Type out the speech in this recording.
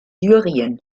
syrien